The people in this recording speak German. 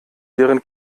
deren